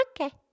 Okay